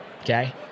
okay